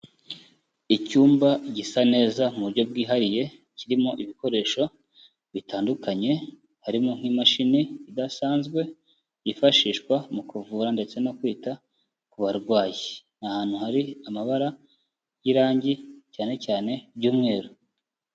Icyumba gisa neza mu buryo bwihariye, kirimo ibikoresho bitandukanye, harimo nk'imashini idasanzwe yifashishwa mu kuvura ndetse no kwita ku barwayi, ni ahantu hari amabara y'irangi cyane cyane y'umweru.